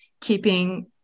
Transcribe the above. keeping